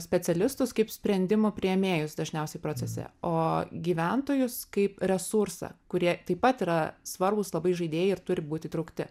specialistus kaip sprendimo priėmėjus dažniausiai procese o gyventojus kaip resursą kurie taip pat yra svarbūs labai žaidėjai ir turi būt įtraukti